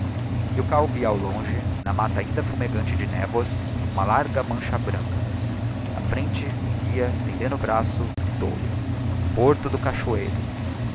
espelho milkau via ao longe na matta ainda fumegante de névoas uma larga mancha branca na frente o guia estendendo o braço gritou-lhe porto do cachoeiro